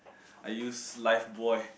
I use lifebuoy